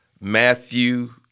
Matthew